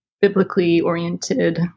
biblically-oriented